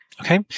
Okay